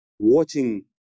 watching